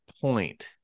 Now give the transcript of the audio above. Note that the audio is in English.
point